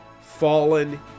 fallen